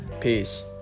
Peace